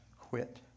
quit